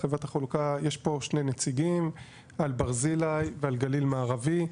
חברת החלוקה יש פה שני נציגים על ברזילי ועל גליל מערבי,